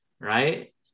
Right